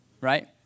Right